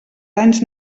anys